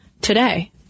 today